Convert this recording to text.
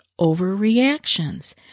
overreactions